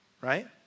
right